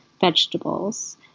vegetables